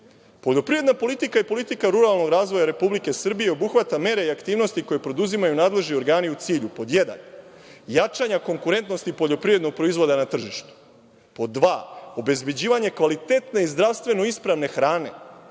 Poljoprivredna politika i politika ruralnog razvoja Republike Srbije obuhvata mere i aktivnosti koje preduzimaju nadležni organi u cilju: 1) jačanja konkurentnosti poljoprivrednog proizvoda na tržištu, 2) obezbeđivanje kvalitetne i zdravstveno ispravne hrane,